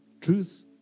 Truth